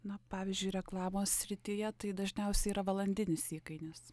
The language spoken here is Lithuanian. na pavyzdžiui reklamos srityje tai dažniausiai yra valandinis įkainis